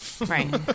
Right